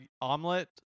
omelet